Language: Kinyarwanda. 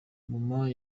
mama